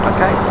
Okay